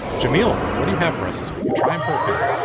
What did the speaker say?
djamila, what do you have for us this week, a triumph or fail?